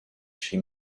she